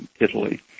Italy